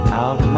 out